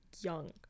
young